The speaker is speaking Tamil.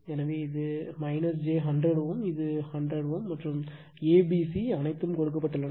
எனவே இது j 100 Ω இது ஒரு 100 Ω மற்றும் A B C அனைத்தும் கொடுக்கப்பட்டுள்ளன